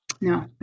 no